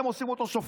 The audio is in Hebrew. עושים אותו שופט.